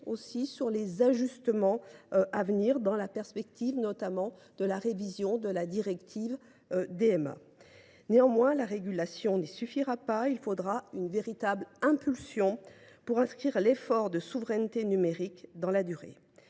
et sur les ajustements à venir, notamment dans la perspective de la révision du DMA. Néanmoins, la régulation n’y suffira pas ; il faudra une véritable impulsion pour inscrire l’effort de souveraineté numérique dans la durée.